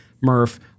Murph